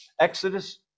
Exodus